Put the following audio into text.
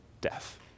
death